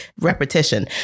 repetition